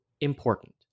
important